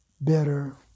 better